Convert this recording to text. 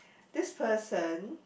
this person